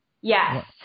Yes